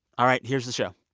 all right. here's the show